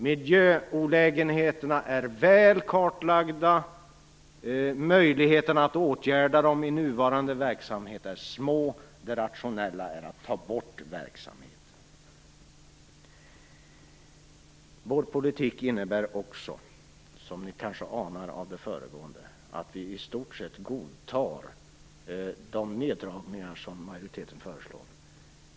Miljöolägenheterna är väl kartlagda, och möjligheterna att åtgärda dem vid nuvarande verksamhet är små. Det rationella är att ta bort verksamheten. Vår politik innebär också, som ni kanske anar av det föregående, att vi i stort sett godtar de neddragningar som majoriteten föreslår.